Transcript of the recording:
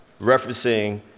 referencing